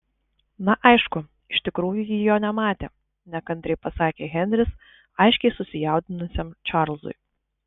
na aišku iš tikrųjų ji jo nematė nekantriai pasakė henris aiškiai susijaudinusiam čarlzui